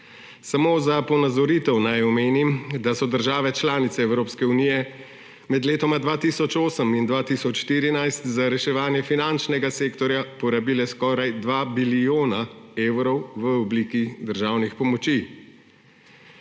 Samo za ponazoritev naj omenim, da so države članice Evropske unije med letoma 2008 in 2014 za reševanje finančnega sektorja porabile skoraj 2 bilijona evrov v obliki državnih pomoči.